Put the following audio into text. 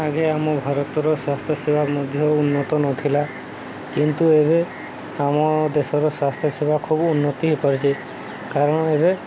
ଆଗେ ଆମ ଭାରତର ସ୍ୱାସ୍ଥ୍ୟସେବା ମଧ୍ୟ ଉନ୍ନତ ନଥିଲା କିନ୍ତୁ ଏବେ ଆମ ଦେଶର ସ୍ୱାସ୍ଥ୍ୟସେବା ଖୁବ ଉନ୍ନତି ହୋଇପାରୁଛି କାରଣ ଏବେ